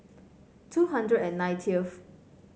two hundred and ninetieth